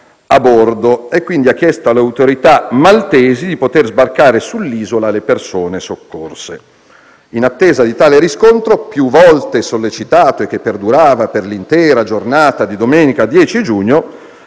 a bordo e quindi ha chiesto alle autorità maltesi di poter sbarcare sull'isola le persone soccorse. In attesa di tale riscontro più volte sollecitato e che perdurava per l'intera giornata di domenica 10 giugno,